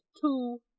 two